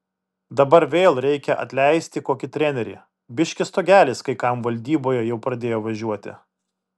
dabar vėl reikia atleisti kokį trenerį biški stogelis kai kam valdyboje jau pradėjo važiuoti